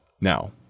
Now